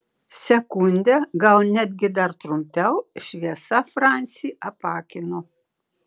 sekundę gal netgi dar trumpiau šviesa francį apakino